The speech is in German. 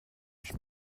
ich